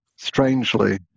strangely